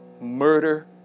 murder